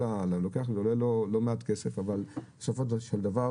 ללוקח זה עולה לא מעט כסף אבל בסופו של דבר